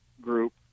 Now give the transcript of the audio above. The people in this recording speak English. group